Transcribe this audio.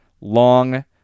long